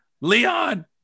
Leon